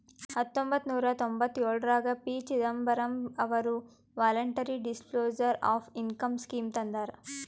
ಹತೊಂಬತ್ತ ನೂರಾ ತೊಂಭತ್ತಯೋಳ್ರಾಗ ಪಿ.ಚಿದಂಬರಂ ಅವರು voluntary disclosure of income scheme ತಂದಾರ